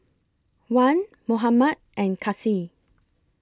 Wan Muhammad and Kasih